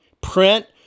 print